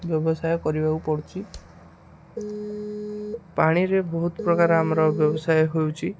ବ୍ୟବସାୟ କରିବାକୁ ପଡ଼ୁଛି ପାଣିରେ ବହୁତ ପ୍ରକାର ଆମର ବ୍ୟବସାୟ ହେଉଛି